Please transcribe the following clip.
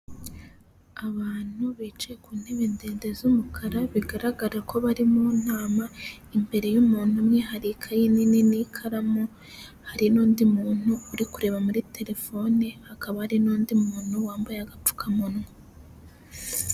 Umugore wuriye ipoto ry'amashanyarazi arimo arashaka ibikoresho byo gutunganya ikibazo cyaba gihari kuri iryo poto ry'amashanyarazi arimo gukoraho akazi.